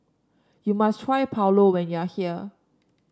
you must try Pulao when you are here